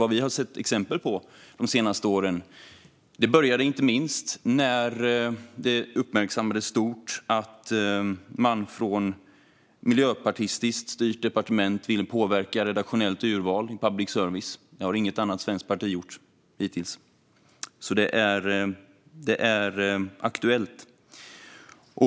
Vad vi har sett exempel på de senaste åren började nämligen inte minst när det uppmärksammades stort att man från ett miljöpartistiskt styrt departement ville påverka redaktionellt urval i public service. Det har inget annat svenskt parti gjort hittills. Det är alltså aktuellt.